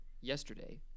Yesterday